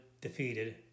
defeated